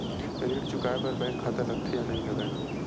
ऋण चुकाए बार बैंक खाता लगथे या नहीं लगाए?